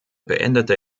beendete